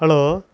hello